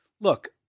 Look